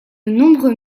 nombreux